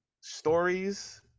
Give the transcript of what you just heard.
stories